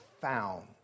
found